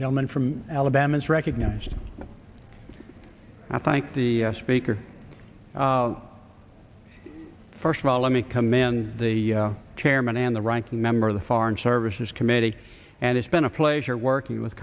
gentleman from alabama is recognized i thank the speaker first of all let me commend the chairman and the ranking member of the foreign services committee and it's been a pleasure working with